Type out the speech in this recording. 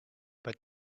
but